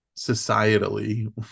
societally